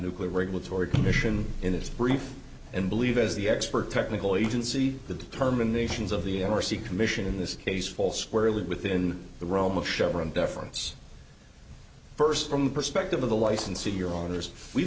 nuclear regulatory commission in this brief and believe as the expert technical agency the determinations of the n r c commission in this case fall squarely within the realm of chevron deference first from the perspective of the licensee you're on